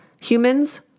Humans